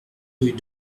rue